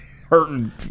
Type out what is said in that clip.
hurting